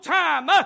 time